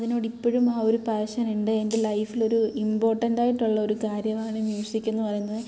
അതിനോട് ഇപ്പോഴും ആ ഒരു പാഷൻ ഉണ്ട് എൻ്റെ ലൈഫിലൊരു ഇമ്പോർട്ടന്റായിട്ടുള്ള ഒരു കാര്യമാണ് മ്യൂസിക് എന്ന് പറയുന്നത്